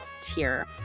tier